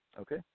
Okay